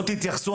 לא תתייחסו,